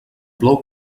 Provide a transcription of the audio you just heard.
plou